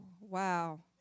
wow